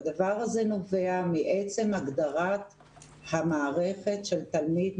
הדבר הזה נובע מעצם הגדרת המערכת של תלמיד,